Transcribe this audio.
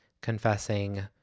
confessing